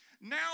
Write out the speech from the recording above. Now